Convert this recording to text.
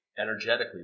energetically